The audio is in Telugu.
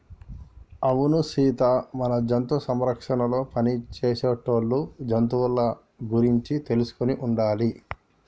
అవును సీత మన జంతు సంరక్షణలో పని చేసేటోళ్ళు జంతువుల గురించి తెలుసుకొని ఉండాలి